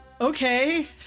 okay